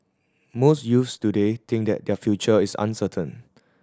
most youths today think that their future is uncertain